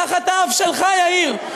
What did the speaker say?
תחת האף שלך, יאיר.